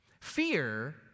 Fear